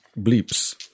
bleeps